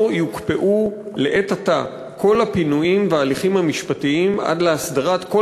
יוקפאו לעת עתה כל הפינויים וההליכים המשפטיים עד להסדרת כל